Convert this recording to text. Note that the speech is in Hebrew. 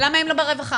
למה הם לא ברווחה